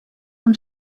und